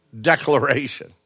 Declaration